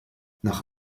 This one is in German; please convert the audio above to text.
nach